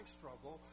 struggle